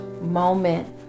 moment